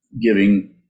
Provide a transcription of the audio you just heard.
Giving